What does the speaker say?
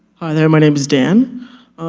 hi there, my name is dan.